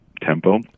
tempo